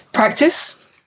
Practice